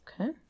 okay